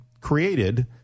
created